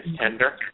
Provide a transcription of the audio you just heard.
Tender